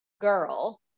girl